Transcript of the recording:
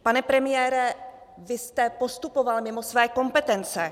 Pane premiére, vy jste postupoval mimo své kompetence.